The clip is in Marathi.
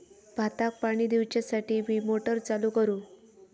भाताक पाणी दिवच्यासाठी मी मोटर चालू करू?